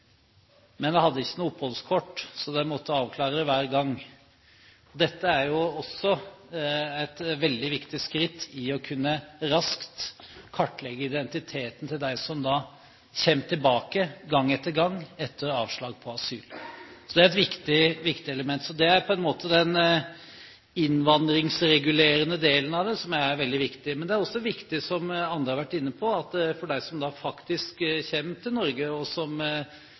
Men han hadde ikke noe oppholdskort, så de måtte avklare det hver gang. Dette er også et veldig viktig skritt i raskt å kunne kartlegge identiteten til dem som kommer tilbake gang etter gang, etter avslag på asyl. Det er et viktig element. Så det er på en måte den innvandringsregulerende delen av det som er viktig. Men det er også veldig viktig, som andre har vært inne på, at de som kommer til Norge, og som